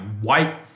white